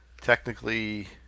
technically –